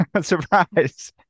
Surprise